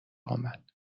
آمد